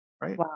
right